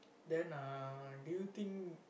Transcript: then uh do you think